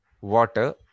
water